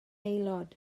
aelod